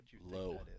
Low